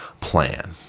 plan